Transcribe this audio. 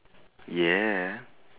yeah